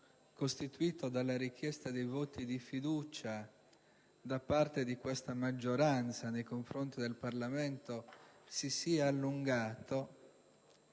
costituito dalla richiesta di voti di fiducia da parte della maggioranza nei confronti del Parlamento si sia allungato,